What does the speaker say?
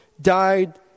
died